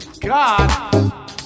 God